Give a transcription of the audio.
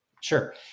Sure